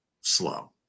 slow